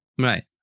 Right